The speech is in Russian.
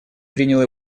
принял